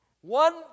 one